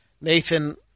Nathan